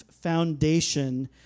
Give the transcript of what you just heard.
foundation